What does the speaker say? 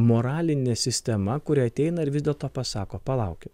moralinė sistema kuri ateina ir vis dėlto pasako palaukit